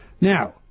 Now